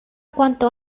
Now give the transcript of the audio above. cuanto